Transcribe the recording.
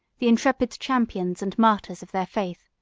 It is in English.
the intrepid champions and martyrs of their faith.